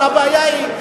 אבל הבעיה היא,